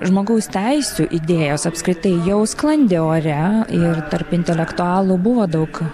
žmogaus teisių idėjos apskritai jau sklandė ore ir tarp intelektualų buvo daug